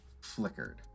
flickered